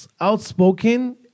outspoken